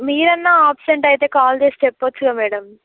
మీరన్నా ఆప్సెంట్ అయితే కాల్ చేసి చెప్పచ్చుగా మేడమ్